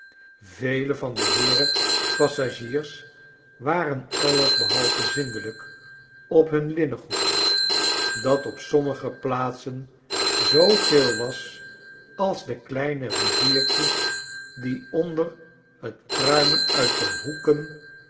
vele van de heeren passagiers waren alles behalve zindelijk ophunlinnengoed dat op sommige plaatsen zoo geel was als de kleine riviertjes die hun onder t pruimen uit de hoeken